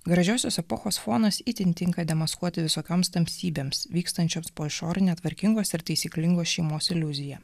gražiosios epochos fonas itin tinka demaskuoti visokioms tamsybėms vykstančioms po išorine tvarkingos ir taisyklingos šeimos iliuzija